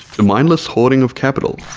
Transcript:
the mindless hoarding of capital,